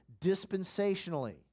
dispensationally